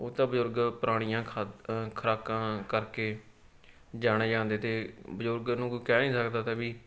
ਉਹ ਤਾਂ ਬਜ਼ੁਰਗ ਪੁਰਾਣੀਆਂ ਖਾਦ ਖੁਰਾਕਾਂ ਕਰਕੇ ਜਾਣੇ ਜਾਂਦੇ ਤੇ ਬਜ਼ੁਰਗ ਨੂੰ ਕੋਈ ਕਹਿ ਨਹੀਂ ਸਕਦਾ ਤਾ ਵੀ